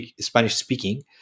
Spanish-speaking